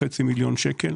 מיליון שקל.